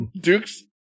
Duke's